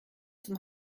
zum